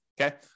okay